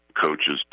coaches